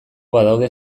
badaude